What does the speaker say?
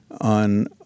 on